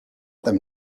them